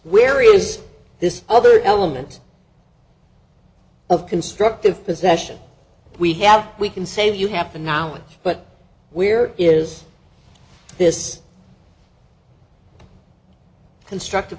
where is this other element of constructive possession we have we can save you have the knowledge but we're is this constructive